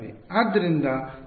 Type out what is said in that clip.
ಆದ್ದರಿಂದ ಸಾಮಾನ್ಯವಾಗಿ ಅದು ಏನು